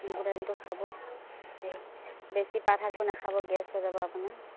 মগু দাইলটো খাব বেছি পাতশাকবোৰ নেখাব গেছ হৈ যাব আপোনাৰ